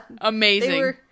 amazing